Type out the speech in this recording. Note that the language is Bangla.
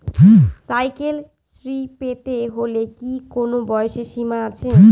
সাইকেল শ্রী পেতে হলে কি কোনো বয়সের সীমা আছে?